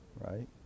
Right